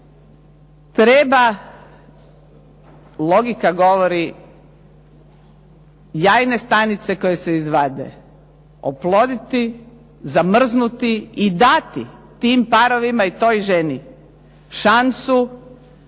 treba, logika govori jajne stanice koje se izvade oploditi, zamrznuti i dati tim parovima i toj ženi šansu,